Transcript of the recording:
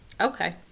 Okay